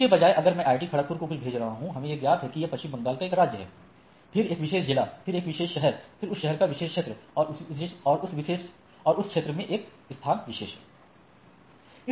इसके बजाय अगर मैं आईआईटी खड़गपुर को कुछ भेज रहा हूं हमें यह ज्ञात है कि यह पश्चिम बंगाल का एक राज्य है फिर एक विशेष जिला फिर विशेष शहर फिर उस शहर का एक विशेष क्षेत्र और फिर उस क्षेत्र में एक स्थान विशेष है